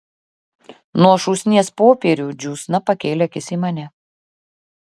nuo šūsnies popierių džiūsna pakėlė akis į mane